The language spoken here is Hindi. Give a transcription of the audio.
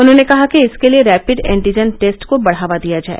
उन्होंने कहा कि इसके लिए रैपिड एंटिजन टेस्ट को बढ़ावा दिया जाए